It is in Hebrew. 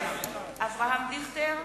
אברהם דיכטר,